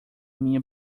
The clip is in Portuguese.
minha